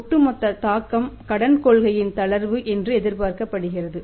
ஒட்டுமொத்த தாக்கம் கடன் கொள்கையின் தளர்வு என்று எதிர்பார்க்கப்படுகிறது